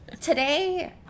Today